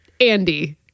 Andy